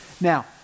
Now